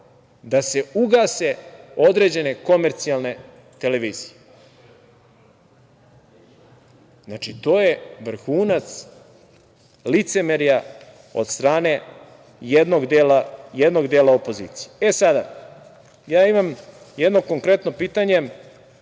da se ugase određene komercijalne televizije. Znači, to je vrhunac licemerja od strane jednog dela opozicije. Sada, ja imam jedno konkretno pitanje